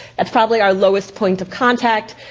that's probably our lowest point of contact.